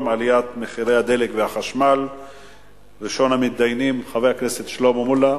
בעד, 6, אין מתנגדים, אין נמנעים.